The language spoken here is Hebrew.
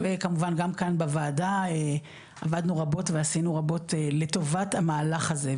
וכמובן גם כאן בוועדה עבדנו רבות ועשינו רבות לטובת המהלך הזה,